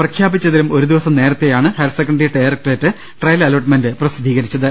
പ്രഖ്യാപിച്ചതിലും ഒരു ദിവസം നേരത്തെയാണ് ഹയർസെക്കന്റി ഡയറക്ട്രേറ്റ് ട്രയൽ അലോട്ട്മെന്റ പ്രസിദ്ധീകരിച്ചത്